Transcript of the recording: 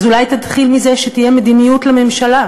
אז אולי תתחיל מזה שתהיה מדיניות לממשלה?